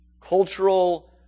cultural